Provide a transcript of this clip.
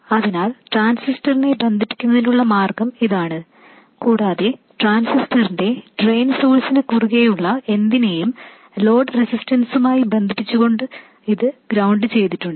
അതിനാൽ ട്രാൻസിസ്റ്ററിനെ ബന്ധിപ്പിക്കുന്നതിനുള്ള മാർഗ്ഗം ഇതാണ് കൂടാതെ ട്രാൻസിസ്റ്ററിന്റെ ഡ്രെയിൻ സോഴ്സിനു കുറുകേയുള്ള എന്തിനേയും ലോഡ് റെസിസ്റ്ററുമായി ബന്ധിപ്പിച്ചുകൊണ്ട് ഇത് ഗ്രൌണ്ട് ചെയ്തിട്ടുണ്ട്